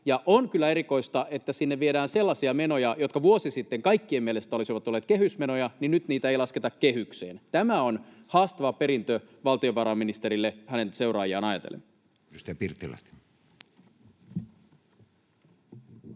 on kyllä erikoista, että sinne viedään sellaisia menoja, jotka vuosi sitten kaikkien mielestä olisivat olleet kehysmenoja, mutta nyt niitä ei lasketa kehykseen. Tämä on haastava perintö valtiovarainministerille hänen seuraajiaan ajatellen. [Speech